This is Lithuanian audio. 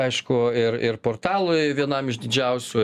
aišku ir ir portalui vienam iš didžiausių